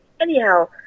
anyhow